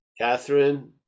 Catherine